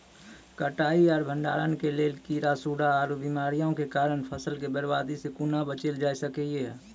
कटाई आर भंडारण के लेल कीड़ा, सूड़ा आर बीमारियों के कारण फसलक बर्बादी सॅ कूना बचेल जाय सकै ये?